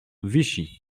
vichy